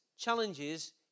challenges